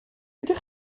ydych